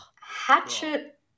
hatchet